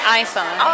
iPhone